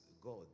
God